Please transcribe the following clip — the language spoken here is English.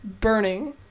burning